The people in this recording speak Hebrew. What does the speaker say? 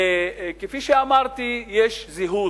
כפי שאמרתי, יש זהות.